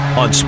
on